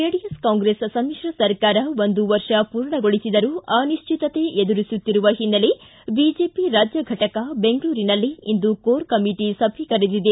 JDS Congress ಸಮಿಶ್ರ ಸರ್ಕಾರ ಒಂದು ವರ್ಷ ಪೂರ್ಣಗೊಳಿಸಿದರೂ ಅನಿಶ್ಚಿತತೆ ಎದುರಿಸುತ್ತಿರುವ ಹಿನ್ನೆಲೆ ಬಿಜೆಪಿ ರಾಜ್ಯ ಫಟಕ ಬೆಂಗಳೂರಿನಲ್ಲಿ ಇಂದು ಕೋರ್ ಕಮಿಟಿ ಸಭೆ ಕರೆದಿದೆ